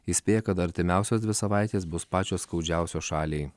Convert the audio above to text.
įspėja kad artimiausios dvi savaitės bus pačios skaudžiausios šaliai